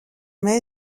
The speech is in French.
mets